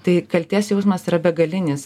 tai kaltės jausmas yra begalinis